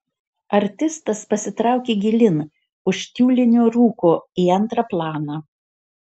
artistas pasitraukė gilyn už tiulinio rūko į antrą planą